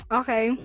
okay